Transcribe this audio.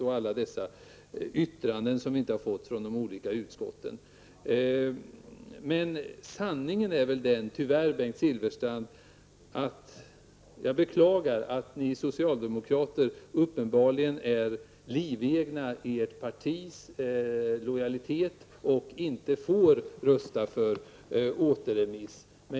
Vi kan då även få yttranden från de olika utskotten, vilket vi nu inte har fått. Men sanningen är väl, Bengt Silfverstrand, vilket jag beklagar, att ni socialdemokrater är livegna i lojaliteten till ert parti och inte får rösta för en återremiss.